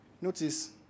Notice